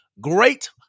Great